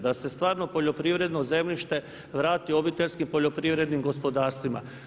Da se stvarno poljoprivredno zemljište vrati obiteljskim poljoprivrednim gospodarstvima.